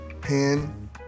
pen